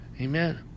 Amen